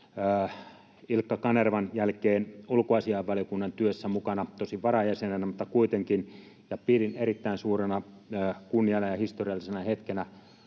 Ilkka Kanervan jälkeen ulkoasiainvaliokunnan työssä mukana, tosin varajäsenenä mutta kuitenkin, ja pidin erittäin suurena kunniana ja historiallisena hetkenä